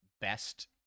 best